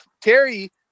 Terry